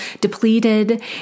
depleted